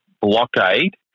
blockade